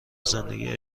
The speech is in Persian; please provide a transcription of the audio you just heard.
زندگی